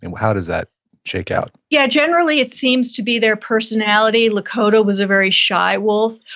and how does that shake out? yeah, generally it seems to be their personality. lakota was a very shy wolf.